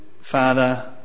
Father